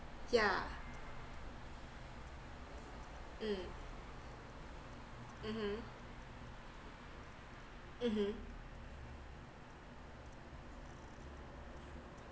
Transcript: yeah mm mmhmm mmhmm